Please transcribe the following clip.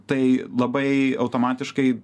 tai labai automatiškai